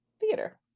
Theater